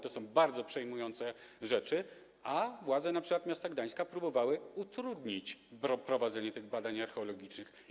To są bardzo przejmujące rzeczy, a władze miasta Gdańska próbowały utrudnić prowadzenie tych badań archeologicznych.